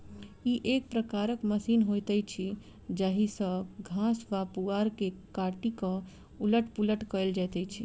ई एक प्रकारक मशीन होइत अछि जाहि सॅ घास वा पुआर के काटि क उलट पुलट कयल जाइत छै